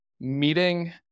meeting